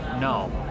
No